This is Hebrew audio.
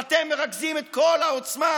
כי אתם מרכזים את כל העוצמה,